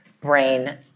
brain